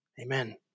Amen